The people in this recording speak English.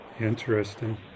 Interesting